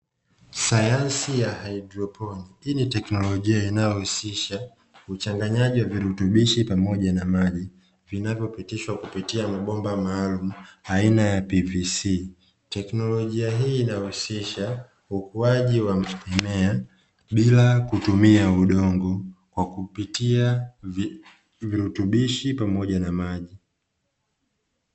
Sayansi ya haidroponi, hii ni teknolojia inayohusisha uchanganyaji wa virutubishi pamoja na maji vinavyopitishwa kupitia mabomba maalumu aina ya "p v c", teknologia hii inahusisha ukuaji wa maeneo bila kutumia udongo kwa kupitia virutubishi pamoja na maji.